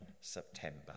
September